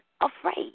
afraid